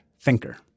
thinker